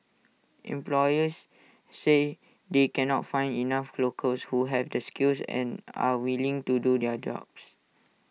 employers say they cannot find enough locals who have the skills and are willing to do their jobs